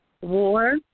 War